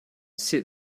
sit